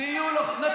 למה לא נתת עשר שנים?